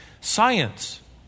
science